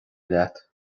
leat